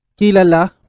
kilala